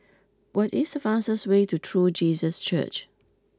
what is the fastest way to True Jesus Church